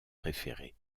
préféré